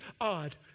odd